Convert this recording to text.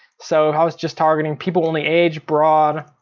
so i was just targeting people only age broad,